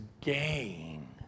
gain